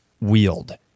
wield